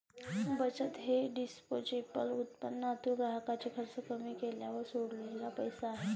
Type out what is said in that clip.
बचत हे डिस्पोजेबल उत्पन्नातून ग्राहकाचे खर्च कमी केल्यावर सोडलेला पैसा आहे